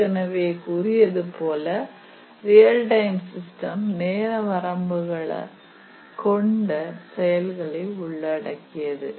ஏற்கனவே கூறியது போல ரியல் டைம் சிஸ்டம் நேர வரம்புகளை கொண்ட செயல்களை உள்ளடக்கியது